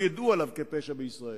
לא ידעו עליו כפשע בישראל,